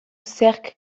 zerk